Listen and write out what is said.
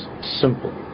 Simple